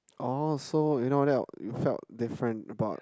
oh so you know that you felt different about